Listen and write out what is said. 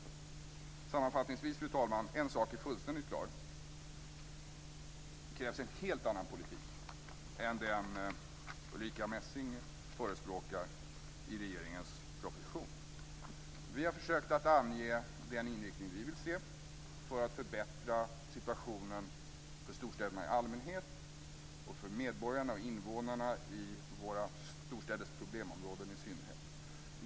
Sammanfattningsvis, fru talman: En sak är fullständigt klar - det krävs en helt annan politik än den Ulrica Messing förespråkar i regeringens proposition. Vi har försökt att ange den inriktning vi vill se för att förbättra situationen för storstäderna i allmänhet och för invånarna i våra storstäders problemområden i synnerhet.